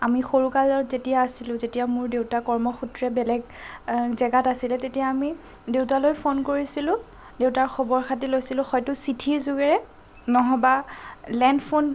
আমি সৰুকালত যেতিয়া আছিলোঁ যেতিয়া মোৰ দেউতা কৰ্মসূত্ৰে বেলেগ জেগাত আছিলে তেতিয়া আমি দেউতালৈ ফোন কৰিছিলোঁ দেউতাৰ খবৰ খাতিৰ লৈছিলোঁ হয়তো চিঠিৰ যোগেৰে নহ'বা লেণ্ড ফোন